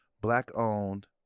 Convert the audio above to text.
black-owned